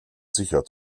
sicher